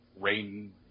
rain